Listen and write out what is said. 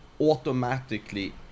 automatically